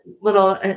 little